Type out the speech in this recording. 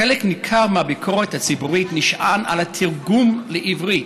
חלק ניכר מהביקורת הציבורית נשען על התרגום לעברית,